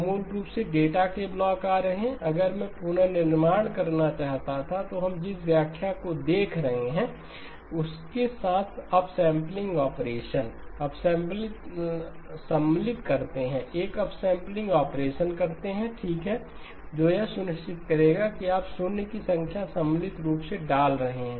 तो मूल रूप से डेटा के ब्लॉक आ रहे हैं अगर मैं पुनर्निर्माण करना चाहता था तो हम जिस व्याख्या को देख रहे हैं उसके साथ अपसैंपलिंग ऑपरेशन आप सम्मिलित करते हैं एक अपसैंपलिंग ऑपरेशन करते हैं ठीक है जो यह सुनिश्चित करेगा कि आप शून्य की संख्या सम्मिलित रूप से डाल रहे हैं